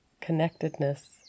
connectedness